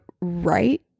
right